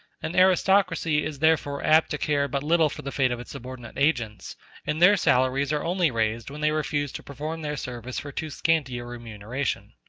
an aristocracy is therefore apt to care but little for the fate of its subordinate agents and their salaries are only raised when they refuse to perform their service for too scanty a remuneration.